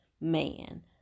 man